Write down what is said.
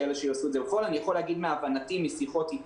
שהם אלה שיעשו את זה בפועל.